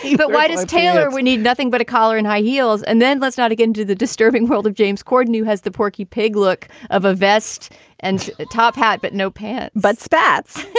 but why does taylor? we need nothing but a collar and high heels. and then let's not go into the disturbing world of james corden, who has the porky pig look of a vest and top hat, but no pants but spatz,